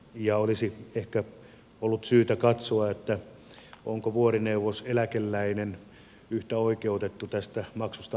olisi ehkä ollut syytä katsoa onko vuorineuvoseläkeläinen yhtä oikeutettu tästä maksusta